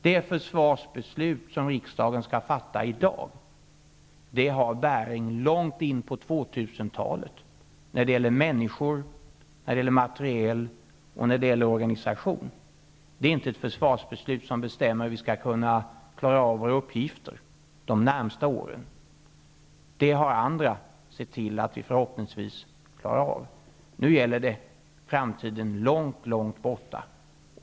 Det försvarsbeslut som riksdagen skall fatta i dag har bäring långt in på 2000-talet när det gäller människor, materiel och organisation. Det är inte ett försvarsbeslut som bestämmer hur vi skall klara av våra uppgifter de närmaste åren. Det har andra sett till att vi förhoppningsvis klarar av. Nu gäller det framtiden långt långt borta.